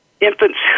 Infants